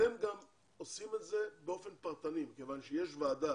אתם עושים את זה באופן פרטני, כיוון שיש ועדה